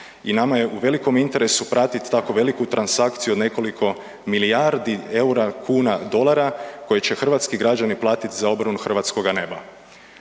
i nama je u velikom interesu pratiti tako veliku transakciju od nekoliko milijardi eura, kuna, dolara koje će hrvatski građani platiti za obranu hrvatskoga neba.